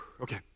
okay